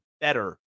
better